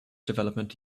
development